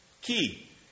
Key